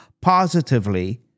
positively